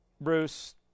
Bruce